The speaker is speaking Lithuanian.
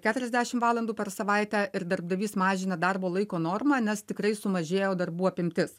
keturiasdešim valandų per savaitę ir darbdavys mažina darbo laiko normą nes tikrai sumažėjo darbų apimtis